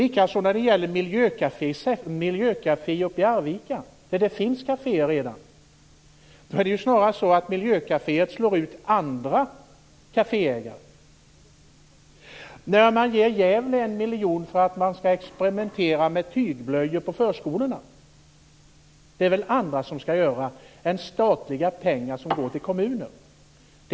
Likadant är det i fråga om ett miljökafé i Arvika. Där finns redan kaféer. Det är snarare så att miljökaféet slår ut andra kaféägare. Gävle får en miljon för att experimentera med tygblöjor på förskolorna. Det är väl andra pengar än statliga pengar till kommunerna som skall gå till sådant?